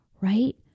right